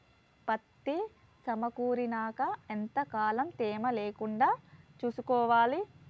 పత్తి సమకూరినాక ఎంత కాలం తేమ లేకుండా చూసుకోవాలి?